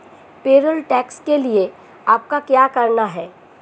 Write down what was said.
Payroll tax के लिए आपका क्या कहना है?